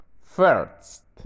First